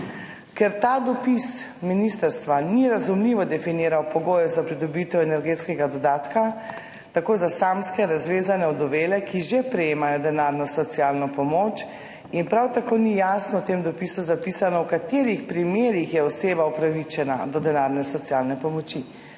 Ker ta dopis ministrstva ni razumljivo definiral pogojev za pridobitev energetskega dodatka tako za samske, razvezane, ovdovele, ki že prejemajo denarno socialno pomoč. Prav tako ni jasno v tem dopisu zapisano, v katerih primerih je oseba upravičena do denarne socialne pomoči.